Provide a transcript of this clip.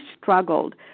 struggled